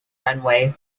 runway